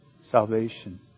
salvation